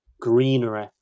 greenery